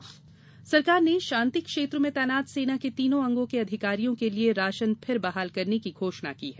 सेना राशन सरकार ने शान्ति क्षेत्र में तैनात सेना के तीनों अंगों के अधिकारियों के लिए राशन फिर बहाल करने की घोषणा की है